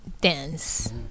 dance